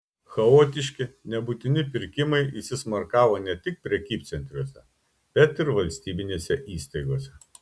chaotiški nebūtini pirkimai įsismarkavo ne tik prekybcentriuose bet ir valstybinėse įstaigose